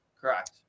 Correct